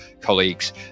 colleagues